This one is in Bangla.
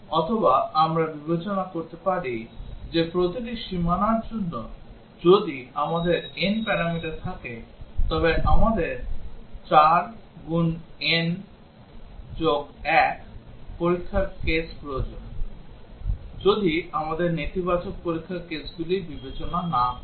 অথবা আমরা বিবেচনা করতে পারি যে প্রতিটি সীমানার জন্য যদি আমাদের n প্যারামিটার থাকে তবে আমাদের 4 n 1 পরীক্ষার কেস প্রয়োজন যদি আমরা নেতিবাচক পরীক্ষার কেসগুলি বিবেচনা না করি